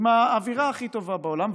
עם האווירה הכי טובה בעולם.